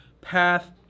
path